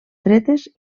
dretes